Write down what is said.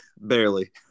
Barely